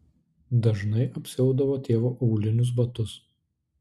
dažnai apsiaudavo tėvo aulinius batus